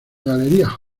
galería